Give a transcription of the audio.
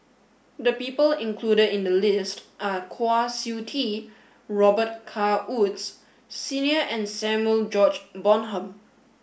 the people included in the list are Kwa Siew Tee Robet Carr Woods Senior and Samuel George Bonham